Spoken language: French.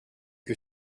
que